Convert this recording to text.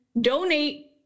donate